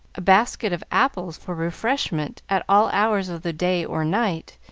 a basket of apples for refreshment at all hours of the day or night,